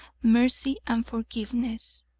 mercy and forgiveness.